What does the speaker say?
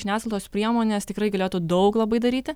žiniasklaidos priemonės tikrai galėtų daug labai daryti